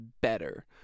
better